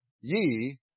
Ye